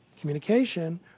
communication